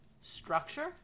Structure